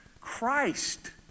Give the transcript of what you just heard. Christ